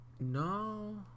No